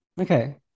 okay